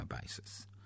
basis